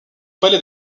palais